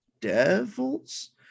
Devils